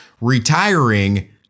retiring